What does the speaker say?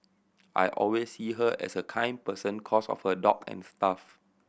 I always see her as a kind person cos of her dog and stuff